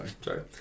Sorry